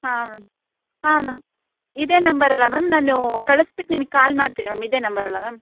ಹಾಂ ಮ್ಯಾಮ್ ಹಾಂ ಮ್ಯಾಮ್ ಇದೇ ನಂಬರಲ್ವ ಮ್ಯಾಮ್ ನಾನು ಕಳಿಸ್ಬಿಟ್ ನಿಮಗೆ ಕಾಲ್ ಮಾಡ್ತೀನಿ ಮ್ಯಾಮ್ ಇದೆ ನಂಬರಲ್ವ ಮ್ಯಾಮ್